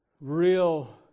real